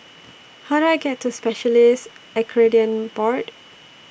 How Do I get to Specialists Accreditation Board